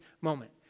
moment